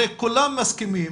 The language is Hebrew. הרי כולם מסכימים,